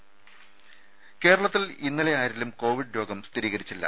രുമ കേരളത്തിൽ ഇന്നലെ ആരിലും കോവിഡ് രോഗം സ്ഥിരീകരിച്ചില്ല